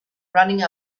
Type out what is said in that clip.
running